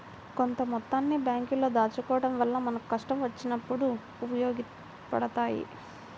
కొంత మొత్తాన్ని బ్యేంకుల్లో దాచుకోడం వల్ల మనకు కష్టం వచ్చినప్పుడు ఉపయోగపడతయ్యి